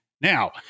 Now